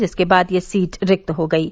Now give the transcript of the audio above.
जिसके बाद यह सीट रिक्त हो गयी